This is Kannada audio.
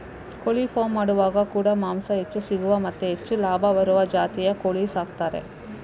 ಕೋಳಿ ಫಾರ್ಮ್ ಮಾಡುವಾಗ ಕೂಡಾ ಮಾಂಸ ಹೆಚ್ಚು ಸಿಗುವ ಮತ್ತೆ ಹೆಚ್ಚು ಲಾಭ ಬರುವ ಜಾತಿಯ ಕೋಳಿ ಸಾಕ್ತಾರೆ